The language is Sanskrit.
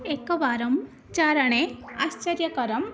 एकवारं चारणे आश्चर्यकरं